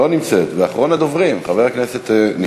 לא נמצא, חברת הכנסת עליזה לביא, לא נמצאת.